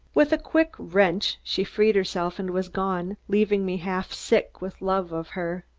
with a quick wrench she freed herself and was gone, leaving me half sick with love of her.